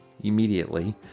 immediately